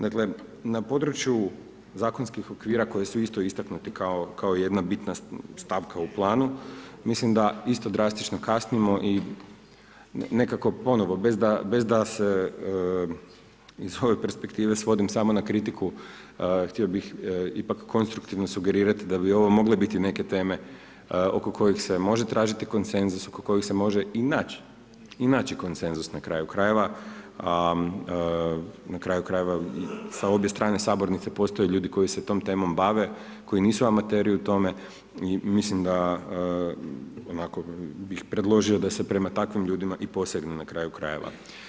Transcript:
Dakle na području zakonskih okvira koji su isto istaknuti kao jedna bitna stavka u planu mislim da isto drastično kasnimo i nekako ponovo bez da se, iz ove perspektive svodim samo na kritiku, htio bih ipak konstruktivno sugerirati da bi ovo mogle biti neke teme oko kojih se može tražiti konsenzus, oko kojih se može i naći i naći konsenzus na kraju krajeva na kraju krajeva sa obje strane sabornice postoje ljudi koji se tom temom bave, koji nisu amateri u tome i mislim da onako bih predložio da se prema takvim ljudima i posegne na kraju krajeva.